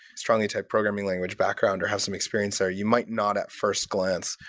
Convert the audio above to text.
strongly typed programming language background, or have some experience, or you might not, at first glance,